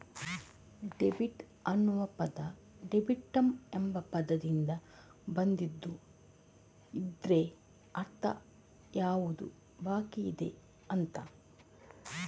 debit ಅನ್ನುವ ಪದ ಡೆಬಿಟಮ್ ಎಂಬ ಪದದಿಂದ ಬಂದಿದ್ದು ಇದ್ರ ಅರ್ಥ ಯಾವುದು ಬಾಕಿಯಿದೆ ಅಂತ